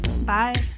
bye